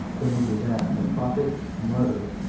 than under that of a prophet, a martyr,